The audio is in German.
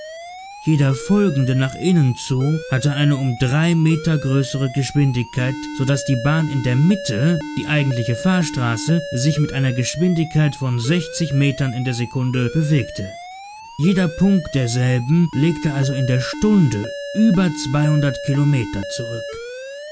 jeder folgende nach innen zu hatte eine um drei meter größere geschwindigkeit so daß die bahn in der mitte die eigentliche fahrstraße sich mit einer geschwindigkeit von metern in der sekunde bewegte jeder punkt derselben legte also in der stunde über zweihundert kilometer zurück